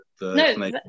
No